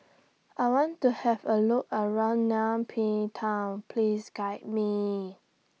I want to Have A Look around Nay Pyi Town Please Guide Me